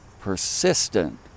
persistent